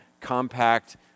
compact